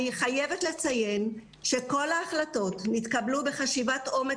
אני חייבת לציין שכל ההחלטות נתקבלו בחשיבת עומק